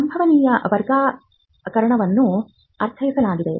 ಸಂಭವನೀಯ ವರ್ಗೀಕರಣವನ್ನು ಅರ್ಥೈಸಲಾಗಿದೆ